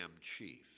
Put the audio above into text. chief